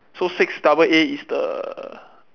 so six double A is the